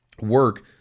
work